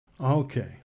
okay